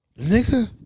Nigga